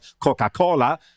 Coca-Cola